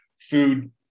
food